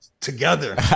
together